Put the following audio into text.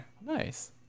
Nice